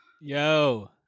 yo